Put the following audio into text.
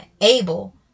able